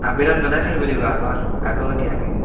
আবেদন জনাই থাকিব লাগিব আগত আগতীয়াকৈ